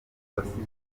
abasivili